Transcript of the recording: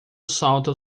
salta